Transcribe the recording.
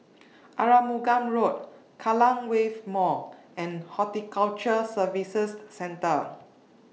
Arumugam Road Kallang Wave Mall and Horticulture Services Centre